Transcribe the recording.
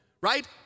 right